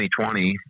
2020